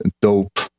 dope